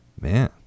Man